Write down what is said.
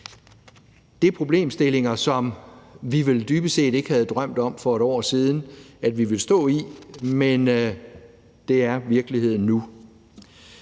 Det er problemstillinger, som vi vel dybest set ikke havde drømt om for et år siden at vi ville stå i, men det er virkeligheden nu.